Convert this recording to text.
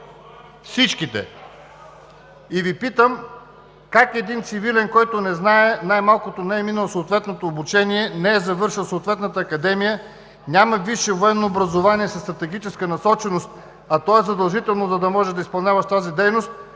Всичките! Питам Ви: как един цивилен, който не знае, най-малкото не е минал съответното обучение, не е завършил съответната академия, няма висше военно образование със стратегическа насоченост, а то е задължително, за да можеш да изпълняваш тази дейност,